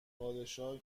پادشاه